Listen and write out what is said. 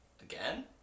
again